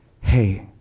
hey